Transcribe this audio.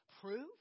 Prove